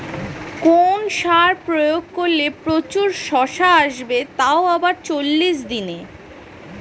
কোন সার প্রয়োগ করলে প্রচুর শশা আসবে তাও আবার চল্লিশ দিনে?